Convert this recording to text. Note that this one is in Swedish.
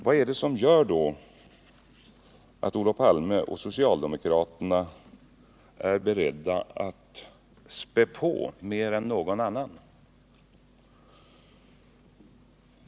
Vad är det då som gör att Olof Palme och socialdemokraterna i övrigt är beredda att spä på mer än någon annan?